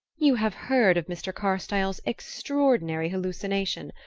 you have heard of mr. carstyle's extraordinary hallucination.